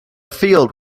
field